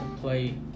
play –